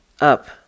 up